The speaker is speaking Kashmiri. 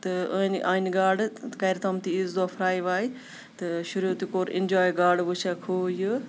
تہٕ أنۍ اَنہِ گاڈٕ کَرِ تِم تہِ عیٖذ دۄہ فَرٛاے واے تہٕ شُریو تہِ کوٚر اِنجوے گاڈٕ وٕچھَکھ ہُہ یہِ